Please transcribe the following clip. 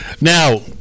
Now